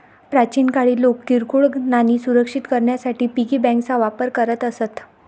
प्राचीन काळी लोक किरकोळ नाणी सुरक्षित करण्यासाठी पिगी बँकांचा वापर करत असत